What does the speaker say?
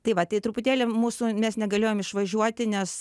tai va tai truputėlį mūsų mes negalėjom išvažiuoti nes